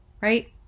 right